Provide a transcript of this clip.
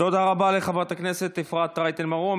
תודה רבה לחברת הכנסת אפרת רייטן מרום,